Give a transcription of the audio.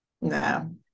no